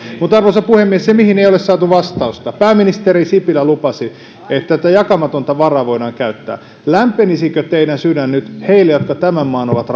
mutta arvoisa puhemies se mihin ei ei ole saatu vastausta pääministeri sipilä lupasi että tätä jakamatonta varaa voidaan käyttää lämpenisikö teidän sydämenne nyt heille jotka tämän maan ovat